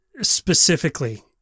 specifically